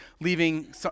leaving